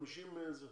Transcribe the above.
ה-50 אנשים.